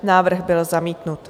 Návrh byl zamítnut.